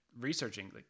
researching